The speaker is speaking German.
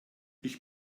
ich